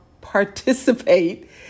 participate